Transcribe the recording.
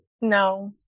No